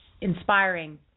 inspiring